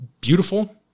beautiful